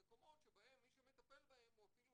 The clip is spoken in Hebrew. למקומות שבהם מי שמטפל בהם הוא אפילו